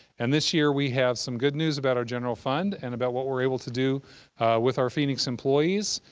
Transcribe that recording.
and this year, we have some good news about our general fund, and about what we're able to do with our phoenix employees,